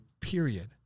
period